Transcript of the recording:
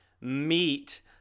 meet